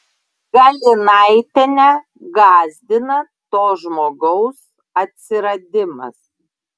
galinaitienę gąsdina to žmogaus atsiradimas